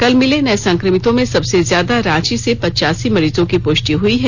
कल मिले नए संक्रमितों में सबसे ज्यादा रांची से पचासी मरीजों की पुष्टि हुई है